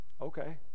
Okay